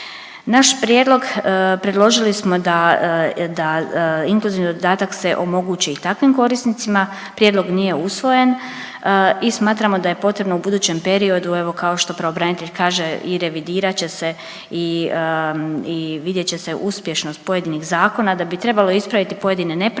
Naš prijedlog, predložili smo da inkluzivni dodatak se omogući i takvim korisnicima, prijedlog nije usvojen i smatramo da je potrebno u budućem periodu evo kao što pravobranitelj kaže i revidirat će i vidjet će se uspješnost pojedinih zakona, da bi trebalo ispraviti pojedine nepravde i